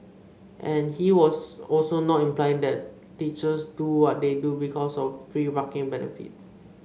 and he was also not implying that teachers do what they do because of free parking benefits